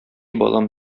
балам